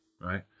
right